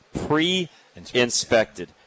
pre-inspected